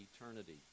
eternity